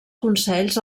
consells